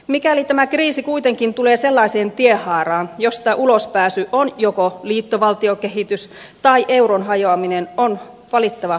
mikäli tämä kriisi kuitenkin tulee sellaiseen tienhaaraan josta ulospääsy on joko liittovaltiokehitys tai euron hajoaminen on valittava jälkimmäinen